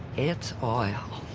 it's oil.